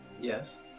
Yes